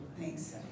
thanks